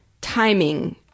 timing